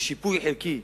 ושיפוי חלקי